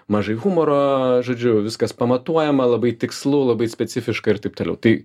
mažai humoro žodžiu viskas pamatuojama labai tikslu labai specifiška ir taip toliau tai